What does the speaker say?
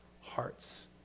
hearts